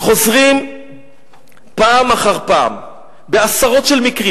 חוזרים פעם אחר פעם בעשרות מקרים,